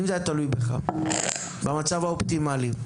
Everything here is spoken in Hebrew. במצב האופטימלי,